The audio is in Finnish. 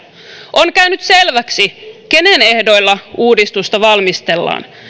on käynyt selväksi kenen ehdoilla uudistusta valmistellaan